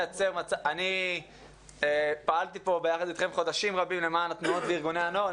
אני פעלתי פה יחד אתכם חודשים רבים למען התנועות וארגוני הנוער.